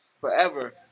Forever